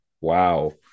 wow